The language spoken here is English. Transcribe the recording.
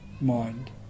mind